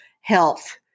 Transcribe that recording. health